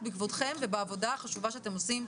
בכבודכם ובעבודה החשובה שאתם עושים,